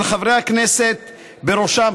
של חברי כנסת ובראשם,